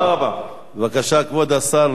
בבקשה, כבוד השר, להשיב להצעה